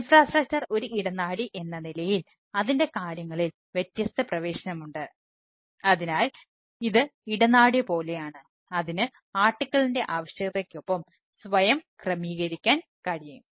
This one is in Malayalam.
ഇൻഫ്രാസ്ട്രക്ചർ ആവശ്യകതയ്ക്കൊപ്പം സ്വയം ക്രമീകരിക്കാൻ കഴിയും